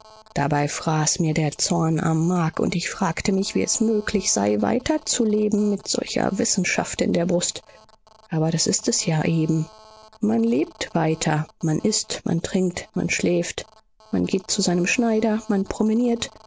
dabei fraß mir der zorn am mark und ich fragte mich wie es möglich sei weiterzuleben mit solcher wissenschaft in der brust aber das ist es ja eben man lebt weiter man ißt man trinkt man schläft man geht zu seinem schneider man promeniert